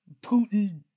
Putin